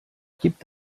gibt